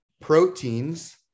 proteins